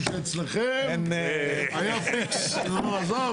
חוק יסוד זה אפשר לחשוב שאצלכם היה עזוב,